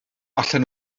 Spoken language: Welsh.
allan